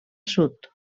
sud